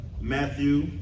Matthew